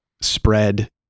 spread